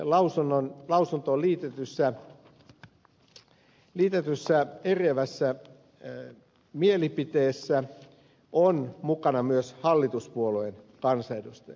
ympäristövaliokunnan lausuntoon liitetyssä eriävässä mielipiteessä on mukana myös hallituspuolueen kansanedustaja